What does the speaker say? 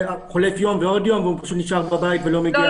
וחולף יום ועוד יום והוא פשוט נשאר בבית ולא מגיע למלונית.